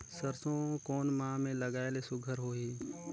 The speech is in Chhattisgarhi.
सरसो कोन माह मे लगाय ले सुघ्घर होही?